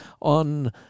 on